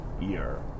year